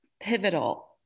pivotal